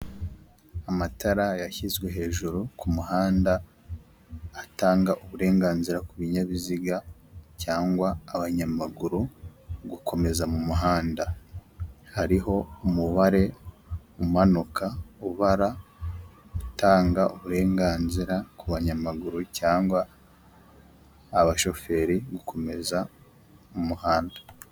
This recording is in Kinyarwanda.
Amatara yashyizwe hejuru ku muhanda atanga uburenganzira ku binyabiziga cyangwa abanyamaguru gukomeza mu muhanda, hariho umubare umanuka ubara utanga uburenganzira ku banyamaguru cyangwa abashoferi gukomeza mu muhanda.